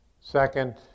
Second